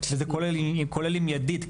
כולל עם ידית.